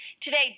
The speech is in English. Today